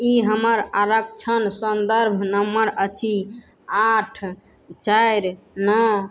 ई हमर आरक्षण सन्दर्भ नम्बर अछि आठ चारि नओ